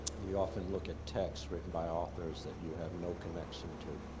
you often look at texts written by authors that you have no connection to.